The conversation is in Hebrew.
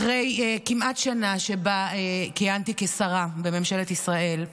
אחרי כמעט שנה שבה כיהנתי כשרה בממשלת ישראל,